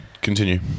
Continue